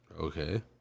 okay